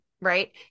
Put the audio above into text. right